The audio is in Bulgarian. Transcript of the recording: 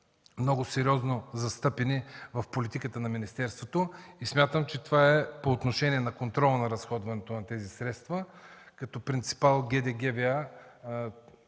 много сериозно застъпени в политиката на министерството и смятам, че това е по отношение на контрола на разходване на тези средства. Като принципал Главна